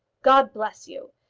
god bless you,